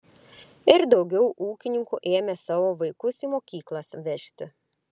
ir daugiau ūkininkų ėmė savo vaikus į mokyklas vežti